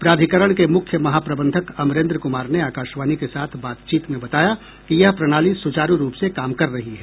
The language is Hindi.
प्राधिकरण के मुख्य महाप्रबंधक अमरेन्द्र कुमार ने आकाशवाणी के साथ बातचीत में बताया कि ये प्रणाली सुचारू रूप से काम कर रही है